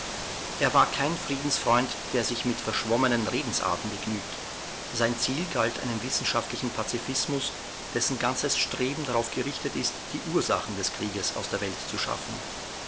er war kein friedensfreund der sich mit verschwommenen redensarten begnügt sein ziel galt einem wissenschaftlichen pazifismus dessen ganzes streben darauf gerichtet ist die ursachen des krieges aus der welt zu schaffen